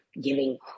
giving